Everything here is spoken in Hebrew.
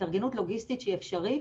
התארגנות לוגיסטית שהיא אפשרית,